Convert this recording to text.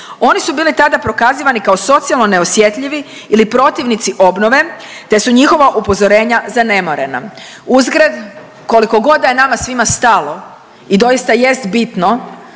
oni su bili tada prokazivani kao socijalno neosjetljivi ili protivnici obnove, te su njihova upozorenja zanemarena. Uzgred, koliko god da je nama svima stalo i doista jest bitno